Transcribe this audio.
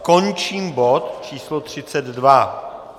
Končím bod číslo 32.